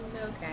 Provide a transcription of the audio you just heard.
Okay